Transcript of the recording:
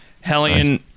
hellion